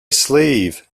sleeve